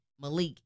Malik